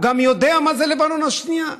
והוא גם יודע מה זה לבנון השנייה.